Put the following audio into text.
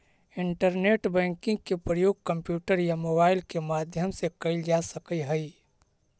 internet banking के प्रयोग computer या मोबाइल के माध्यम से कैल जा सकऽ हइ